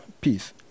peace